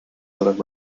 will